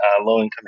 low-income